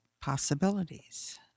possibilities